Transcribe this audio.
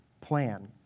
plan